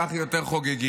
כך יותר חוגגים".